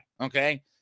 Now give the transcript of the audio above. okay